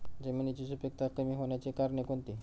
जमिनीची सुपिकता कमी होण्याची कारणे कोणती?